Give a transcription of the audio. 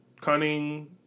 cunning